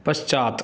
पश्चात्